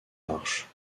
marches